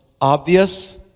obvious